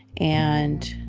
and